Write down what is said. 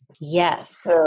Yes